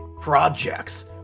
projects